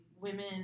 women